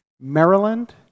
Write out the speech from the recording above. Maryland